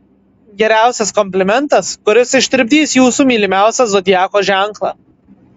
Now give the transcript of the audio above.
geriausias komplimentas kuris ištirpdys jūsų mylimiausią zodiako ženklą